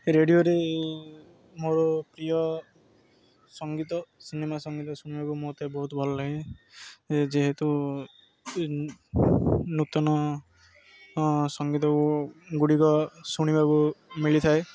ରେଡ଼ିଓରେ ମୋର ପ୍ରିୟ ସଙ୍ଗୀତ ସିନେମା ସଙ୍ଗୀତ ଶୁଣିବାକୁ ମୋତେ ବହୁତ ଭଲ ଲାଗେ ଯେହେତୁ ନୂତନ ସଙ୍ଗୀତକୁ ଗୁଡ଼ିକ ଶୁଣିବାକୁ ମିଳିଥାଏ